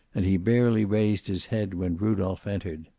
and he barely raised his head when rudolph entered.